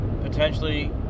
potentially